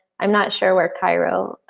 i'm not sure where cairo.